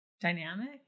dynamic